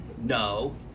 no